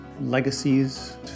legacies